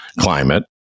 climate